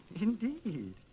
Indeed